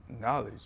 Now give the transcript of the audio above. knowledge